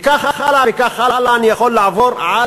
וכך הלאה, וכך הלאה, אני יכול לעבור על